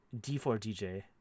D4DJ